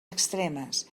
extremes